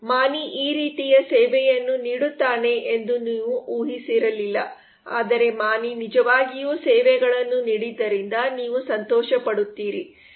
ಮಾಣಿ ಈ ರೀತಿಯ ಸೇವೆಯನ್ನು ನೀಡುತ್ತಾನೆ ಎಂದು ನೀವು ಊಹಿಸಿರಲಿಲ್ಲ ಆದರೆ ಮಾಣಿ ನಿಜವಾಗಿಯೂ ಸೇವೆಗಳನ್ನು ನೀಡಿದ್ದರಿಂದ ನೀವು ಸಂತೋಷಪಡುತ್ತೀರಿ